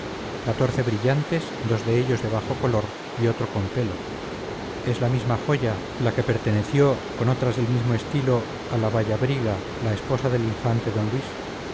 catorce brillantes dos de ellos de bajo color y otro con pelo es la misma joya la que perteneció con otras del propio estilo a la vallabriga la esposa del infante d luis